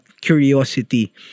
curiosity